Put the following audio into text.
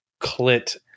clit